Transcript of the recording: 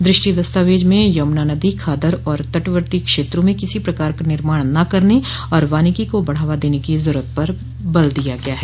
दुष्टि दस्तावेज में यमूना नदी खादर और तटवर्तीय क्षेत्रों में किसी प्रकार का निर्माण न करने और वानिकी को बढ़ावा देने की जरूरत पर बल दिया गया है